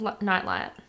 nightlight